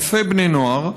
אלפי בני נוער,